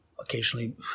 occasionally